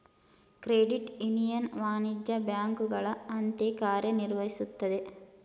credit union ವಾಣಿಜ್ಯ ಬ್ಯಾಂಕುಗಳ ಅಂತೆ ಕಾರ್ಯ ನಿರ್ವಹಿಸುತ್ತದೆ